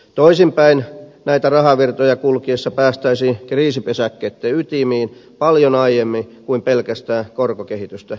toisinpäin näitä rahavirtoja kulkiessa päästäisiin kriisipesäkkeitten ytimiin paljon aiemmin kuin pelkästään korkokehitystä seuraamalla